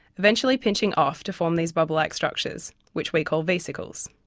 eventually pinching off to form these bubble-like structures which we call vesicles.